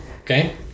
okay